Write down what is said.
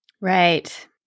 Right